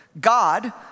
God